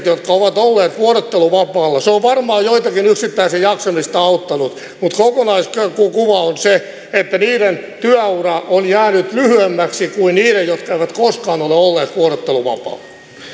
jotka ovat olleet vuorotteluvapaalla se on varmaan joitakin yksittäisiä jaksamisessa auttanut mutta kokonaiskuva on se että niiden työura on jäänyt lyhyemmäksi kuin niiden jotka eivät koskaan ole olleet vuorotteluvapaalla